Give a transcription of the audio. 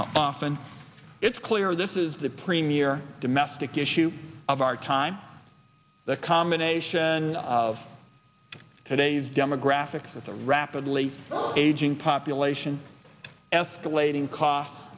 often it's clear this is the premier domestic issue of our time the i'm a nation of today's demographics with a rapidly aging population escalating costs